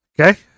Okay